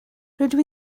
rydw